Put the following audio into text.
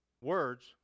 Words